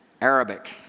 Arabic